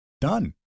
Done